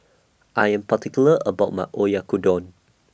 I Am particular about My Oyakodon